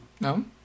no